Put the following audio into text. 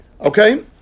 Okay